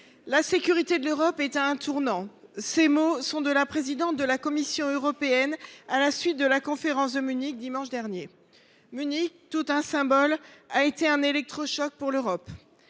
La sécurité de l’Europe est à un tournant. » Ces mots ont été prononcés par la présidente de la Commission européenne, à la suite de la conférence de Munich qui a eu lieu dimanche dernier. Munich, tout un symbole, a été un électrochoc pour l’Europe… À